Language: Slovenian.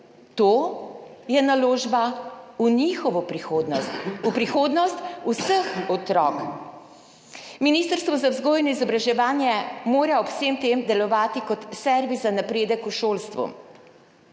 To je naložba v njihovo prihodnost, v prihodnost vseh otrok. Ministrstvo za vzgojo in izobraževanje mora ob vsem tem delovati kot servis za napredek v šolstvu.